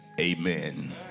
Amen